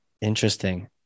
Interesting